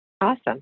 Awesome